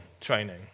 training